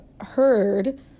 heard